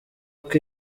uko